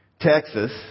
Texas